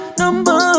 number